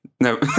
no